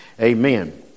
amen